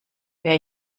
wer